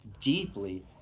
deeply